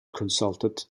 consultant